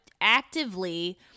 actively